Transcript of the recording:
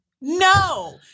no